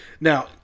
Now